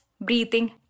breathing